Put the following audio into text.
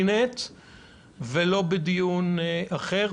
לא בדיון קבינט ולא בדיון אחר.